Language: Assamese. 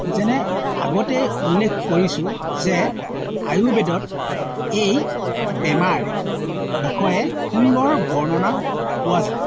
যেনে আগতেই উল্লেখ কৰিছোঁ যে আয়ুৰ্বেদত এই বেমাৰৰ বিষয়ে সুন্দৰ বৰ্ণনা পোৱা যায়